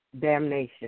damnation